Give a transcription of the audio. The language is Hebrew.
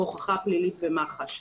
בהוכחה פלילית במח"ש,